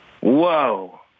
Whoa